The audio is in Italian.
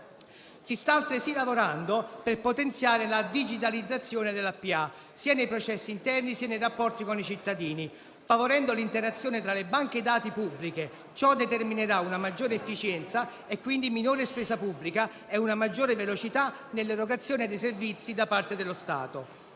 Si sta altresì lavorando per potenziare la digitalizzazione della pubblica amministrazione, sia nei processi interni sia nei rapporti con i cittadini, favorendo l'interazione tra le banche dati pubbliche. Ciò determinerà una maggiore efficienza, e quindi minore spesa pubblica, e una maggiore velocità nell'erogazione dei servizi da parte dello Stato.